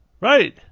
right